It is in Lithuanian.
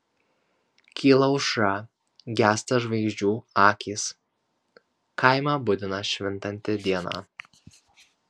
kyla aušra gęsta žvaigždžių akys kaimą budina švintanti diena